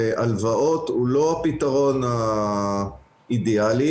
הלוואות זה לא הפתרון האידיאלי.